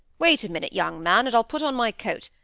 wait a minute, young man, and i'll put on my coat,